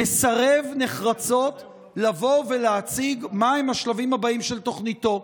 מסרב נחרצות לבוא ולהציג מהם השלבים הבאים של תוכניתו.